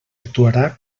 actuarà